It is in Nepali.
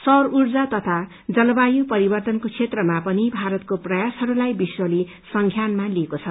सौर ऊर्जा तथा जलवायु परिवर्तनको क्षेत्रमा पनि भारतको प्रयासहरूलाई विश्वले संज्ञानमा लिएको छ